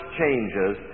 changes